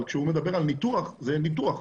אבל כשהוא מדבר על ניתוח זה ניתוח.